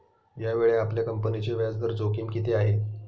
यावेळी आपल्या कंपनीची व्याजदर जोखीम किती आहे?